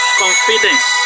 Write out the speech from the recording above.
confidence